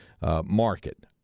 market